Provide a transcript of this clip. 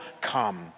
come